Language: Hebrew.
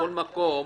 בכל מקום,